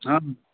हँ